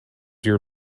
your